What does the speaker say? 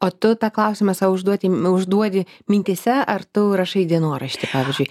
o tu tą klausimą sau užduoti užduodi mintyse ar tu rašai dienoraštį pavyzdžiui